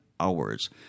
hours